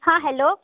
hello